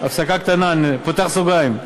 הפסקה קטנה, אני פותח סוגריים.